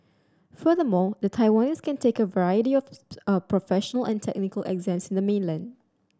furthermore the Taiwanese can take a variety of a professional and technical exams in the mainland